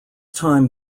time